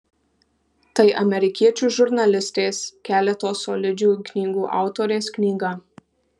tai amerikiečių žurnalistės keleto solidžių knygų autorės knyga